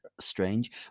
strange